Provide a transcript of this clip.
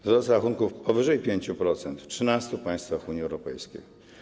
Wzrost rachunków powyżej 5% - w 13 państwach Unii Europejskiej.